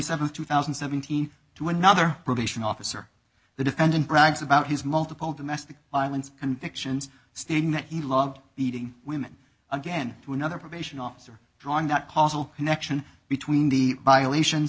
july th two thousand and seventeen to another probation officer the defendant brags about his multiple domestic violence convictions stating that he loved beating women again to another probation officer drawing that causal connection between the violations